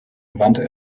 wandte